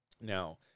Now